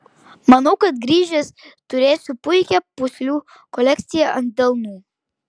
manau kad grįžęs turėsiu puikią pūslių kolekciją ant delnų